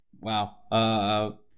Wow